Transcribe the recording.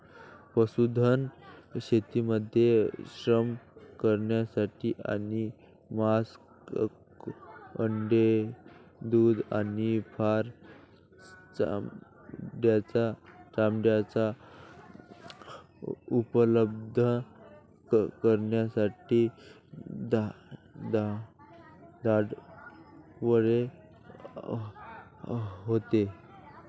पशुधन शेतीमध्ये श्रम करण्यासाठी आणि मांस, अंडी, दूध आणि फर चामड्याचे उत्पादन करण्यासाठी वाढवले जाते